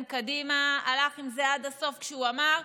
קדימה והלך עם זה עד הסוף כשהוא אמר: